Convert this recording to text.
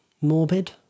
morbid